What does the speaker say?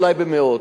אולי במאות.